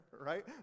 right